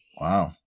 Wow